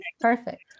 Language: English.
Perfect